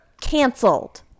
canceled